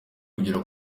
kugera